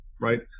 right